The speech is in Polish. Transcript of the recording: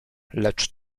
lecz